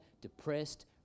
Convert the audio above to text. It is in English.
depressed